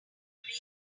middle